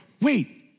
wait